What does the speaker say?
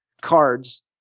cards